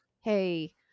hey